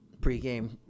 pregame